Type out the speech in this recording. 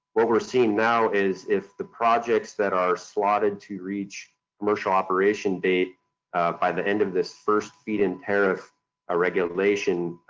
what we're seeing now is if the projects that are slotted to reach commercial operation date by the end of this first feed-in tariff ah regulation,